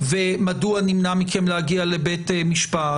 ומדוע נמנע מכם להגיע לבית משפט,